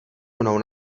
mnou